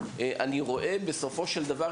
אני רואה בסופו של דבר,